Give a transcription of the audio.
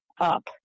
up